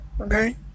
okay